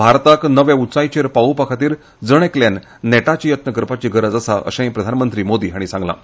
भारतान नव्या उंचायेर पावोवपा खातीर जण एकल्यान नेटाचे यत्न करपाची गरज आसा अशें प्रधानमंत्री मोदी हांणी सांगलें